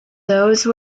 those